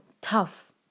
tough